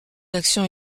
d’action